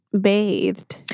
bathed